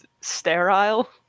sterile